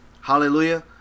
Hallelujah